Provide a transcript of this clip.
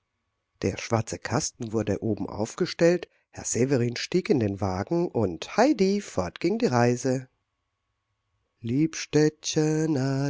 der schwarze kasten wurde oben aufgestellt herr severin stieg in den wagen und heidi fort ging die reise